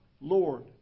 Lord